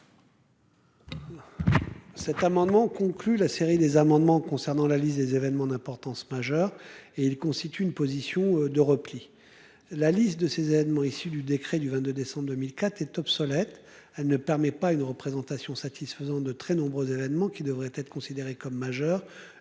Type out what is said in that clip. Cet amendement, conclut la série des amendements concernant la liste des événements d'importance majeure et il constitue une position de repli. La liste de ces événements issus du décret du 22 décembre 2004 est obsolète. Ah ne permet pas une représentation satisfaisante de très nombreux événements qui devrait être considéré comme majeur